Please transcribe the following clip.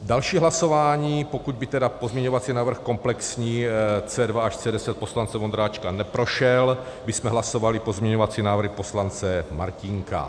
Další hlasování, pokud by tedy pozměňovací návrh komplexní C2 až C10 poslance Vondráčka neprošel, tak bychom hlasovali pozměňovací návrhy poslance Martínka.